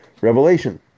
revelation